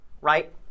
right